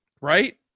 Right